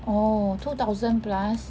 orh two thousand plus